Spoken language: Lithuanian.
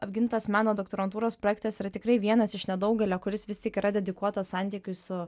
apgintas meno doktorantūros projektas yra tikrai vienas iš nedaugelio kuris vis tik yra dedikuotas santykiui su